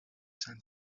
san